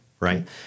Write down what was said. Right